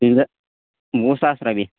تیٚلہِ وُہ ساس رۄپیہِ